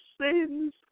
sins